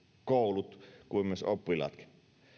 koulut kuin myös oppilaatkin